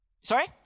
Sorry